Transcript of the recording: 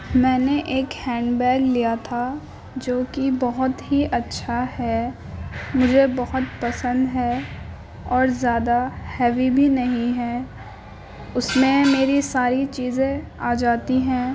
میں نے ایک ہینڈ بیگ لیا تھا جوکہ بہت ہی اچھا ہے مجھے بہت پسند ہے اور زیادہ ہیوی بھی نہیں ہے اس میں میری ساری چیزیں آ جاتی ہیں